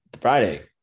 Friday